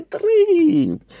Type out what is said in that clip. dream